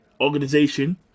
organization